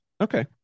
Okay